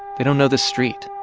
they don't know this street.